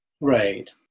Right